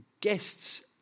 guests